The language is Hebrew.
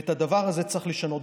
ואת הדבר הזה צריך לשנות.